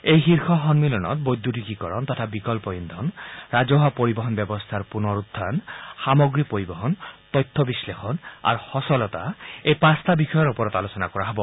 এই শীৰ্ষ সম্মিলনত বৈদ্যুতিকীকৰণ তথা বিকল্প ইন্ধন ৰাজহুৱা পৰিবহণ ব্যৱস্থাৰ পুনৰ উখান সামগ্ৰী পৰিবহণ তথ্য বিশ্লেষণ আৰু সূচলতা এই পাঁচটা বিষয়ৰ ওপৰত আলোচনা কৰা হব